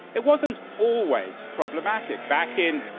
it wasn't always problematic. back in,